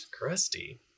Crusty